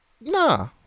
nah